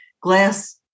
glass